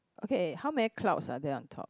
okay how many clouds are there on top